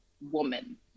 woman